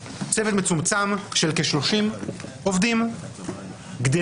אנחנו נמצאים בפתחו של קיץ, ומייד לאחר מכן באים